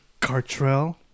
Cartrell